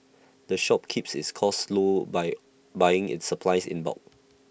the shop keeps its costs low by buying its supplies in bulk